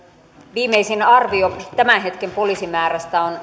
viimeisin arvio tämän hetken poliisimäärästä on